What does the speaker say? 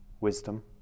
wisdom